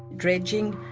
dredging,